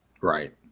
Right